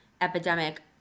epidemic